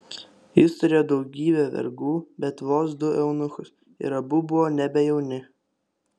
jis turėjo daugybę vergų bet vos du eunuchus ir abu buvo nebe jauni